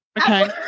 okay